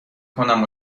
کنم